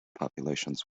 populations